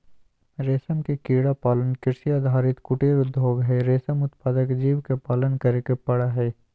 रेशम के कीड़ा पालन कृषि आधारित कुटीर उद्योग हई, रेशम उत्पादक जीव के पालन करे के पड़ हई